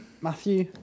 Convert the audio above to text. Matthew